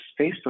Facebook